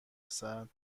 رسد